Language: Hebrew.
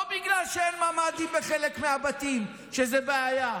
לא בגלל שאין ממ"דים בחלק מהבתים, שזו בעיה,